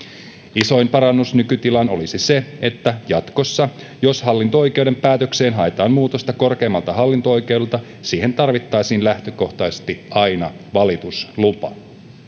isoin parannus nykytilaan olisi se että jatkossa jos hallinto oikeuden päätökseen haetaan muutosta korkeimmalta hallinto oikeudelta siihen tarvittaisiin lähtökohtaisesti aina valituslupa